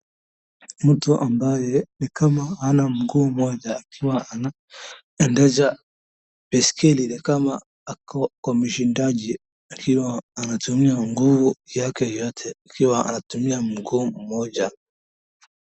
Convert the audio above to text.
Mtu ambaye ni kama hana mguu mmoja akiwa anaendesha baiskeli. Ni kama ako kwa mshindaji akiwa anatumia nguvu yake yote, akiwa anatumia mguu mmoja.